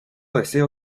deseo